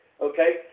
okay